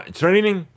training